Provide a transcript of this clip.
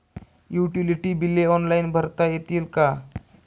Utility बिले online भरता येतील का?